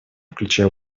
включая